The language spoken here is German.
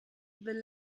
will